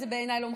לא,